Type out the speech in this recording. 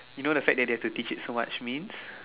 you know the fact that they have to teach it so much means